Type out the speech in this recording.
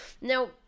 now